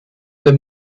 für